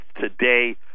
today